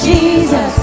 Jesus